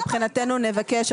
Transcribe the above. אנחנו מבחינתנו נבקש,